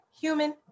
human